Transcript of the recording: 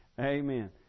Amen